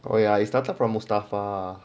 oh ya it's started from mustafa